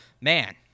man